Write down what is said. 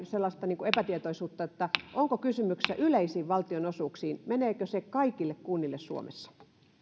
sellaista epätietoisuutta että onko kysymyksessä yleiset valtionosuudet meneekö se kaikille kunnille suomessa